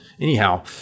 anyhow